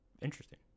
interesting